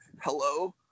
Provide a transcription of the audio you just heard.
hello